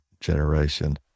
generation